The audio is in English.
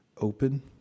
open